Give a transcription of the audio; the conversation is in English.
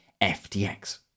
FTX